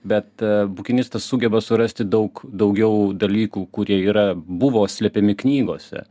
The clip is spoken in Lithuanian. bet bukinistas sugeba surasti daug daugiau dalykų kurie yra buvo slepiami knygose